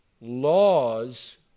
laws